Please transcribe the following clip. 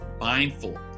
mindful